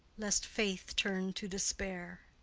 lest faith turn to despair.